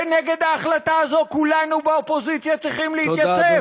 ונגד ההחלטה הזו כולנו באופוזיציה צריכים להתייצב.